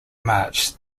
march